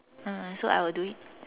uh so I will do it